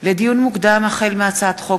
לדיון מוקדם: החל בהצעת חוק